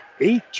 eight